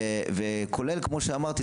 כולל כמו שאמרתי,